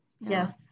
Yes